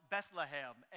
Bethlehem